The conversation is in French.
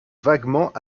vaguement